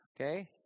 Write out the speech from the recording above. Okay